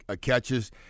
catches